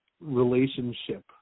relationship